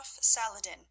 Saladin